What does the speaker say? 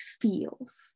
feels